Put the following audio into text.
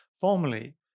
Formally